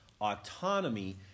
autonomy